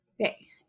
Okay